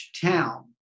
town